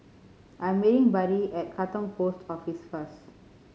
I'm meeting Buddy at Katong Post Office first